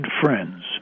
friends